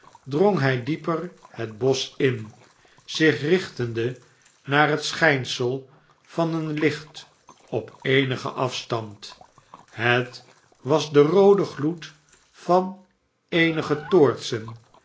drong hij dieper het bosch in zich richtende naar het schijnsel van een licht op eenigen afstand het was de roode gloed van eenige toortsen